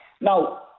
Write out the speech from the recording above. Now